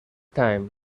time